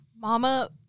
Mama